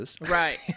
Right